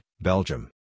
Belgium